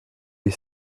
est